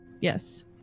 Yes